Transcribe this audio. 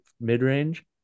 mid-range